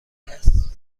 است